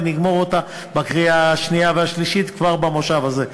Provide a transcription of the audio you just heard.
ונגמור אותה בקריאה השנייה והשלישית כבר במושב הזה.